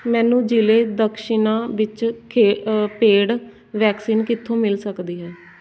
ਮੈਨੂੰ ਜ਼ਿਲ੍ਹੇ ਦਕਸ਼ਿਨਾ ਵਿੱਚ ਖੇ ਪੇਡ ਵੈਕਸੀਨ ਕਿੱਥੋਂ ਮਿਲ ਸਕਦੀ ਹੈ